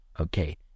Okay